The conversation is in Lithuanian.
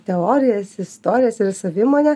teorijas istorijas ir savimonę